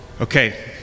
Okay